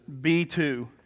B2